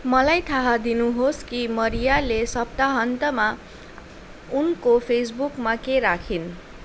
मलाई थाह दिनुहोस् कि मरियाले सप्ताहन्तमा उनको फेसबुकमा के राखिन्